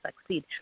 succeed